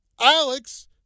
Alex